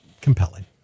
compelling